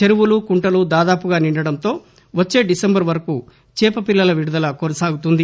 చెరువులు కుంటలు దాదాపుగా నిండడంతో వచ్చే డిసెంబర్ వరకు చేపపిల్లల విడుదల కొనసాగుతుంది